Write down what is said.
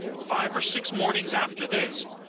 five or six mornings after this,